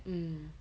mm